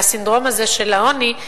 מהסינדרום הזה של העוני,